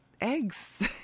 eggs